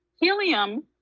Helium